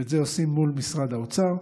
ואת זה עושים מול משרד האוצר.